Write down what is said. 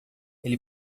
ele